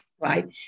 right